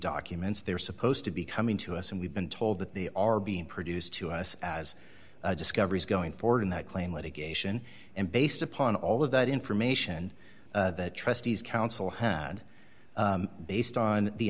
documents they're supposed to be coming to us and we've been told that they are being produced to us as discovery is going forward in that claim litigation and based upon all of that information the trustees counsel had based on the